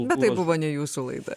bet tai buvo ne jūsų laida